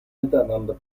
miteinander